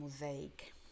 mosaic